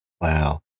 Wow